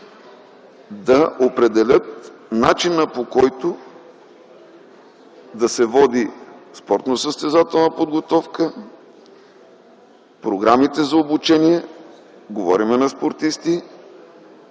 да определят начина, по който да се води спортно-състезателна подготовка, програмите за обучение на спортистите,